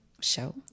show